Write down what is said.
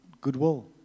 goodwill